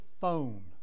phone